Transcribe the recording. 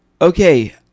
Okay